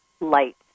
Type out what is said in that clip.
light